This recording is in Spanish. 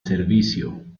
servicio